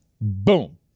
Boom